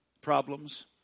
problems